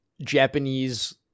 Japanese